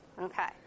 Okay